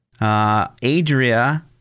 Adria